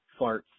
farts